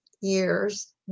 years